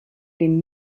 den